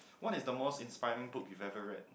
what is the most inspiring book you ever read